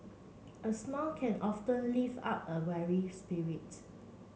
a smile can lift up a weary spirit